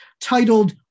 Titled